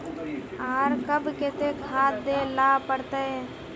आर कब केते खाद दे ला पड़तऐ?